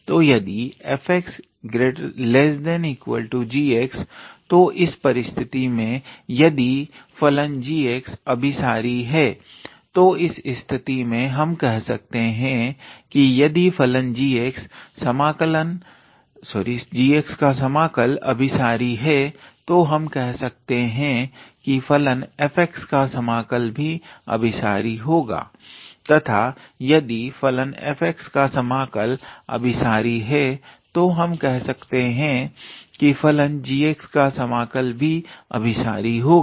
तो यदि f𝑥 ≤ 𝑔𝑥 तो इस परिस्थिति में यदि फलन g अभिसारी है तो इस स्थिति में हम कह सकते हैं कि यदि फलन g का समाकल अभिसारी है तो हम कह सकते हैं कि फलन f का समाकल भी अभिसारी होगा तथा यदि फलन f का समाकल अपसारी है तो हम कह सकते हैं कि फलन g का समाकल भी अपसारी होगा